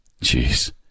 Jeez